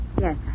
Yes